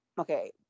okay